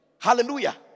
Hallelujah